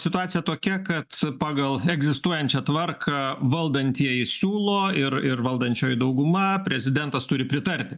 situacija tokia kad pagal egzistuojančią tvarką valdantieji siūlo ir ir valdančioji dauguma prezidentas turi pritarti